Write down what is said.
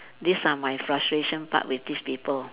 these are my frustration part with these people